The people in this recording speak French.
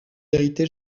vérité